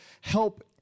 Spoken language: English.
help